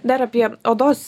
dar apie odos